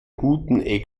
guten